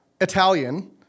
Italian